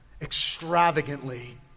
extravagantly